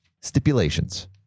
stipulations